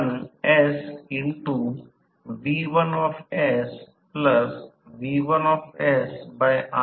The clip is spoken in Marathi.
तर सामान्य कार्य बिंदू TBD च्या खाली स्थित आहे तो जास्तीत जास्त टॉर्क आहे संपूर्ण लोड स्लिप सहसा 2 ते 8 टक्के असते